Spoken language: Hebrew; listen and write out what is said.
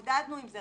התמודדנו עם זה,